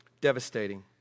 devastating